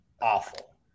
awful